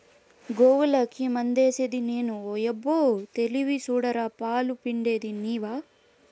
గోవులకి మందేసిది నేను ఓయబ్బో తెలివి సూడరా పాలు పిండేది నీవా